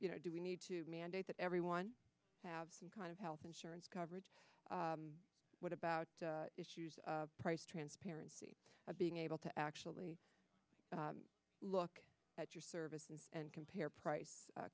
you know do we need to mandate that everyone have some kind of health insurance coverage what about issues of price transparency of being able to actually look at your service and and compare price